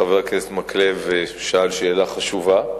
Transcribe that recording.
חבר הכנסת מקלב שאל שאלה חשובה,